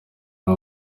ari